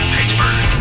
Pittsburgh